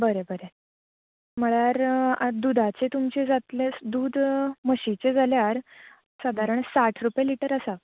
बरें बरें म्हळ्यार आं दुदाचे तुमचे जातलें दूद म्हशींचे जाल्यार सादरण साठ रुपया लिटर आसा